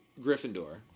Gryffindor